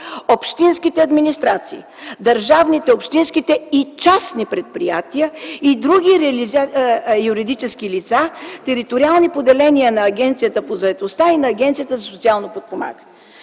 общинските администрации, държавните, общинските и частни предприятия и други юридически лица, териториални поделения на Агенцията по заетостта и Агенцията за социално подпомагане”.